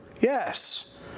Yes